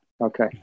Okay